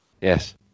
Yes